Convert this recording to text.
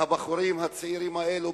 והבחורים הצעירים האלה,